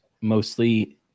mostly